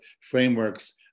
frameworks